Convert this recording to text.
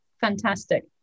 fantastic